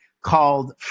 called